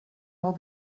all